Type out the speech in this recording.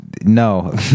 No